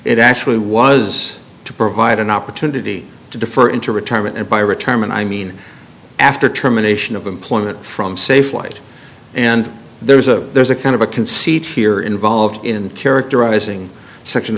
it actually was to provide an opportunity to defer into retirement and by retirement i mean after terminations of employment from safelight and there's a there's a kind of a conceit here involved in characterizing section